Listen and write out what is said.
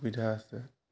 সুবিধা আছে